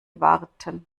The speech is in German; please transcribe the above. warten